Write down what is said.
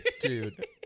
dude